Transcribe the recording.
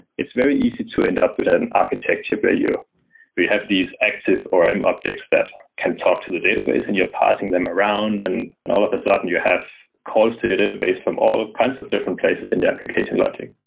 it's very easy to end up with an architecture but where you have these active orm objects that can talk to the database and you're passing them around and and all of a sudden you have calls to a database from all kinds of different places in the application logic.